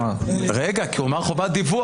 איך 9 מיליון.